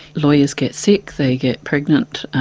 lawyers get sick, they get pregnant,